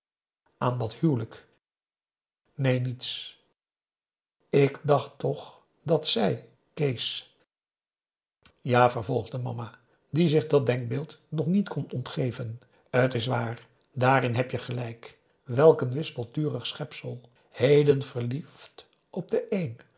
aan dat huwelijk neen niets ik dacht toch dat zij kees ja vervolgde mama die zich dat denkbeeld nog niet kon ontgeven t is waar daarin heb je gelijk welk een wispelturig schepsel heden verliefd op den